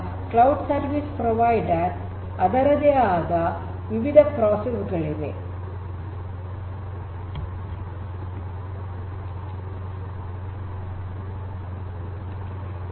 ಮೂಲತಃ cloud service provider ಅದರದೇ ಆದ ವಿವಿಧ ಪ್ರೋಸೆಸ್ ಗಳನ್ನು ಹೊಂದಿದೆ